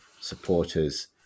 supporters